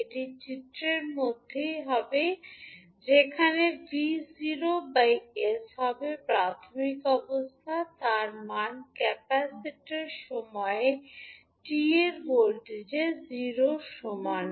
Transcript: এটি চিত্রের মধ্যেই হবে যেখানে 𝑣s হবে প্রাথমিক অবস্থা তার মানে ক্যাপাসিটারের সময়ে t ভোল্টেজ 0 এর সমান